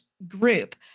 group